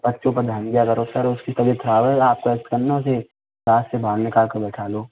बच्चों पर ध्यान दिया करो सर उसकी तबीयत खराब है आप रेस्ट कराओ ना उसे क्लास से बाहर निकाल कर बिठा लो